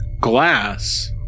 Glass